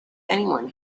anyone